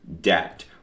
debt